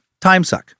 timesuck